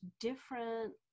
different